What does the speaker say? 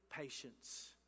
patience